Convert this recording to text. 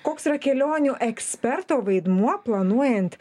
koks yra kelionių eksperto vaidmuo planuojant